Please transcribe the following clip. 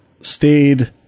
stayed